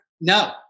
No